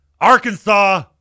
Arkansas